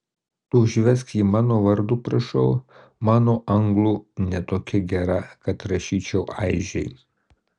tu užvesk jį mano vardu prašau mano anglų ne tokia gera kad rašyčiau aižei